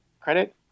credit